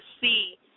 see